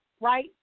right